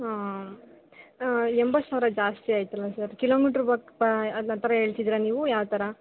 ಹಾಂ ಎಂಬತ್ತು ಸಾವಿರ ಜಾಸ್ತಿ ಆಯಿತಲ್ಲ ಸರ್ ಕಿಲೋಮೀಟ್ರ್ ಅನ್ನೋ ಥರ ಹೇಳ್ತಿದಿರಾ ನೀವು ಯಾವ ಥರ